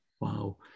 Wow